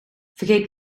vergeet